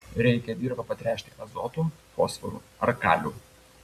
reikia dirvą patręšti azotu fosforu ar kaliu